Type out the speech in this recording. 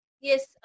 Yes